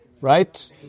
Right